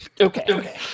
okay